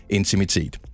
intimitet